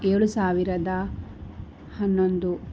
ಏಳು ಸಾವಿರದ ಹನ್ನೊಂದು